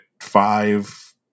five